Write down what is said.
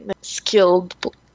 skilled